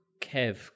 Kev